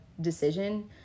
decision